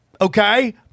okay